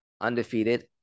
undefeated